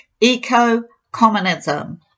eco-communism